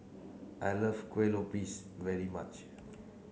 I love Kuih Lopes very much